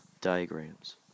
Diagrams